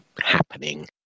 happening